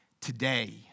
today